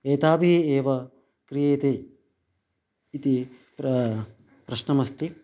एताभिः एव क्रियेते इति प्र प्रश्नमस्ति